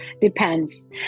Depends